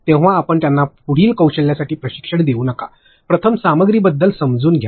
तेव्हां आपण त्यांना पुढील कौशल्यांसाठी प्रशिक्षण देऊ नका प्रथम सामग्रीबद्दल समजून घ्या